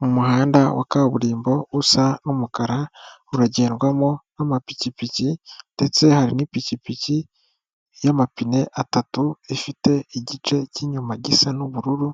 Mu muhanda wa kaburimbo usa n'umukara, uragendwamo n'amapikipiki ndetse hari n'ipikipiki y'amapine atatu ifite igice cy'inyuma gisa n'ubururu